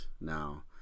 now